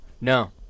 No